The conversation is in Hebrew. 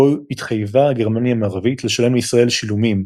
בו התחייבה גרמניה המערבית לשלם לישראל שילומים,